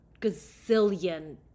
gazillion